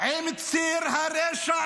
7 באוקטובר,